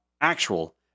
actual